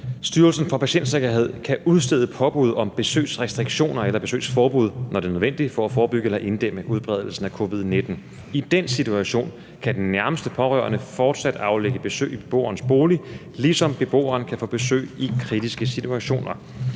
Styrelsen for Patientsikkerhed kan udstede påbud om besøgsrestriktioner eller besøgsforbud, når det er nødvendigt for at forebygge eller inddæmme udbredelsen af covid-19. I den situation kan den nærmeste pårørende fortsat aflægge besøg i beboernes bolig, ligesom beboeren kan få besøg i kritiske situationer.